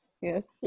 yes